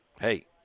Hey